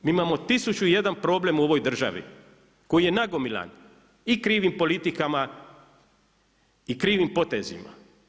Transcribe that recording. Mi imamo tisuću i jedan problem u ovoj državi koji je nagomilan i krivim politikama i krivim potezima.